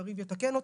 יריב יתקן אותי,